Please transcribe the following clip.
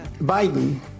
Biden